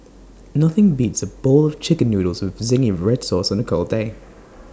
nothing beats A bowl Chicken Noodles with Zingy Red Sauce on A cold day